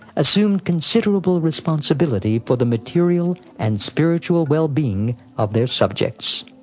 assumed considerable responsibility for the material and spiritual well-being of their subjects.